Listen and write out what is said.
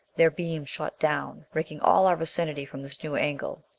their beams shot down, raking all our vicinity from this new angle.